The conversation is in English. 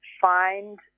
find